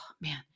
man